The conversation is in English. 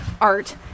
art